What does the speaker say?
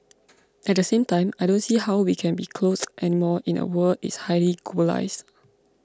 at the same time I don't see how we can be closed anymore in a world is highly globalised